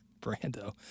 Brando